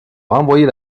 renvoyer